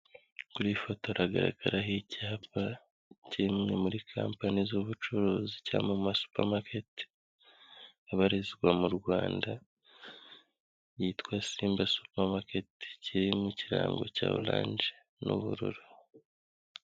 Kuri iyi foto haragaragaraho icyapa k'imwe muri company z'ubucuruzi cya mu ma supermarket abarizwa mu Rwanda yitwa Simba supermarket, kiri mu kirango cya oranje n'ubururu.